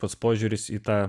pats požiūris į tą